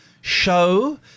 show